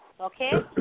okay